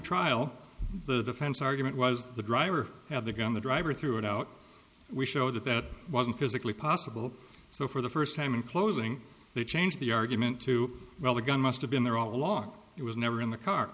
trial the defense argument was the driver of the gun the driver threw it out we show that that wasn't physically possible so for the first time in closing they changed the argument to well the gun must have been there all along it was never in the car